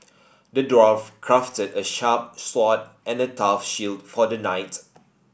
the dwarf crafted a sharp sword and a tough shield for the knight